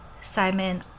Simon